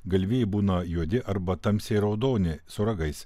galvijai būna juodi arba tamsiai raudoni su ragais